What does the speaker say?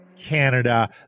Canada